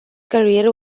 career